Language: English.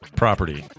property